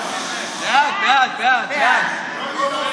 בעד יצחק